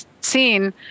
seen